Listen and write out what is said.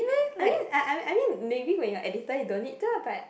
I mean I I I mean maybe when you are editor you don't need to ah but